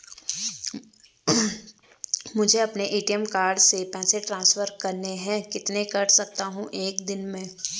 मुझे अपने ATM card से पैसे ट्रांसफर करने हैं कितने कर सकता हूँ एक दिन में?